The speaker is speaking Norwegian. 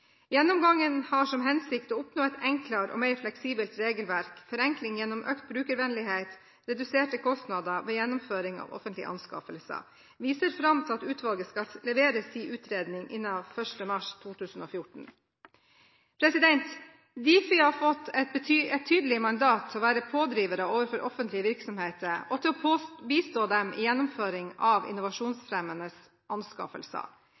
Gjennomgangen har som hensikt å oppnå et enklere og mer fleksibelt regelverk, forenkling gjennom økt brukervennlighet og reduserte kostnader ved gjennomføring av offentlige anskaffelser. Vi ser fram til at utvalget skal levere sin utredning innen 1. mars 2014. Difi har fått et tydelig mandat til å være pådriver overfor offentlige virksomheter og til å bistå dem i gjennomføringen av innovasjonsfremmende anskaffelser.